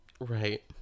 Right